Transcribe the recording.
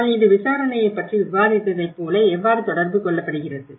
ஆனால் இது விசாரணையைப் பற்றி விவாதித்ததைப் போல எவ்வாறு தொடர்பு கொள்ளப்படுகிறது